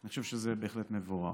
אני חושב שזה בהחלט מבורך.